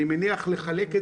שזה